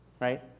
right